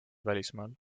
välismaal